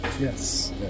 yes